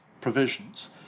provisions